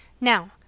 now